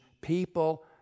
people